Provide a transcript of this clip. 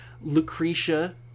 Lucretia